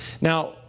Now